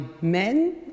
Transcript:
men